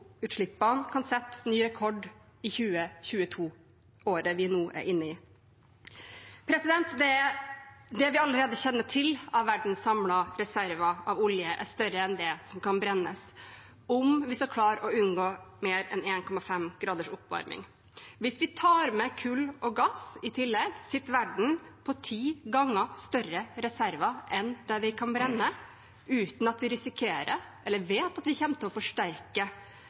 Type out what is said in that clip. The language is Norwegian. kan sette ny rekord i 2022 – året vi nå er inne i. Det vi allerede kjenner til av verdens samlede reserver av olje, er større enn det som kan brennes om vi skal klare å unngå mer enn 1,5 graders oppvarming. Hvis vi tar med kull og gass i tillegg, sitter verden på ti ganger større reserver enn det vi kan brenne uten at vi risikerer eller vet at vi kommer til å forsterke